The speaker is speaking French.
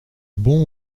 bon